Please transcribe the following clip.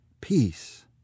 Peace